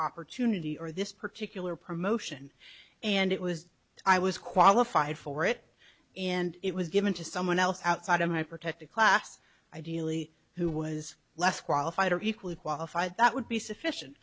opportunity or this particular promotion and it was i was qualified for it and it was given to someone else outside of my protected class ideally who was less qualified or equally qualified that would be sufficient